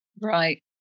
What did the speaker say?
right